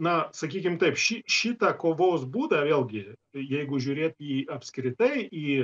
na sakykim taip šį šitą kovos būdą vėlgi jeigu žiūrėt į apskritai į